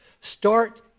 start